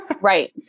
Right